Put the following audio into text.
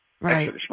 right